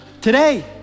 Today